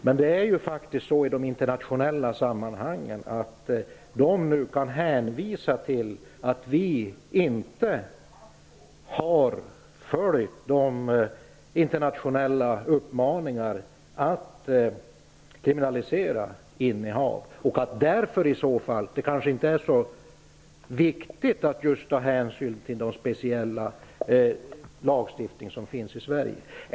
Men det är faktiskt så i de internationella sammanhangen att man nu kan hänvisa till att Sverige inte har följt internationella uppmaningar att kriminalisera innehav, och att det därför kanske inte är fullt så viktigt att ta hänsyn till den speciella lagstiftning som finns i Sverige.